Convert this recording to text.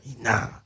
Nah